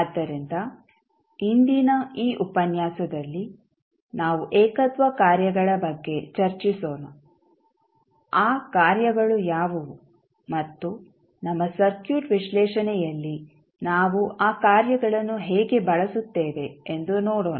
ಆದ್ದರಿಂದ ಇಂದಿನ ಈ ಉಪನ್ಯಾಸದಲ್ಲಿ ನಾವು ಏಕತ್ವ ಕಾರ್ಯಗಳ ಬಗ್ಗೆ ಚರ್ಚಿಸೋಣ ಆ ಕಾರ್ಯಗಳು ಯಾವುವು ಮತ್ತು ನಮ್ಮ ಸರ್ಕ್ಯೂಟ್ ವಿಶ್ಲೇಷಣೆಯಲ್ಲಿ ನಾವು ಆ ಕಾರ್ಯಗಳನ್ನು ಹೇಗೆ ಬಳಸುತ್ತೇವೆ ಎಂದು ನೋಡೋಣ